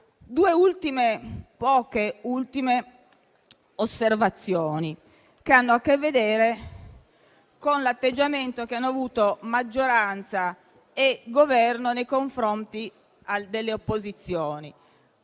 fare poche ultime osservazioni che hanno a che vedere con l'atteggiamento che hanno avuto maggioranza e Governo nei confronti delle opposizioni.